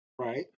Right